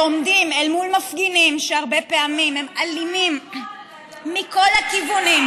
עומדים אל מול מפגינים שהרבה פעמים הם אלימים מכל הכיוונים,